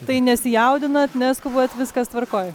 tai nesijaudinat neskubat viskas tvarkoj